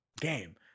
game